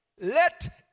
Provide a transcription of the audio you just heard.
Let